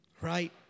Right